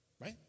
Right